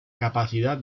capacidad